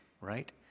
right